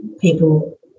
people